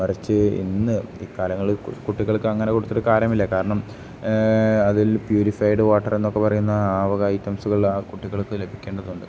മറിച്ച് ഇന്ന് ഈ കാലങ്ങൾ കുട്ടികൾക്ക് അങ്ങനെ കൊടുത്തിട്ട് കാര്യമില്ല കാരണം അതിൽ പ്യൂരിഫൈഡ് വാട്ടർ എന്നൊക്കെ പറയുന്ന ആവക ഐറ്റംസുകൾ ആ കുട്ടികൾക്ക് ലഭിക്കേണ്ടതുണ്ട്